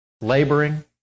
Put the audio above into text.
laboring